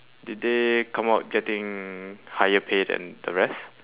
did they come out getting higher pay than the rest